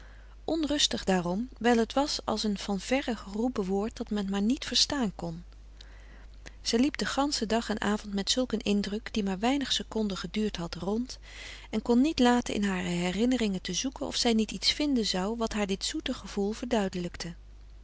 onrustig daarom wijl het was als een frederik van eeden van de koele meren des doods van verre geroepen woord dat men maar niet verstaan kan zij liep den ganschen dag en avond met zulk een indruk die maar weinig seconden geduurd had rond en kon niet laten in hare herinneringen te zoeken of zij niet iets vinden zou wat haar dit zoete gevoel verduidelijkte